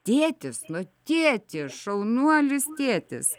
tėtis nu tėti šaunuolis tėtis